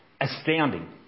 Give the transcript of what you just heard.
astounding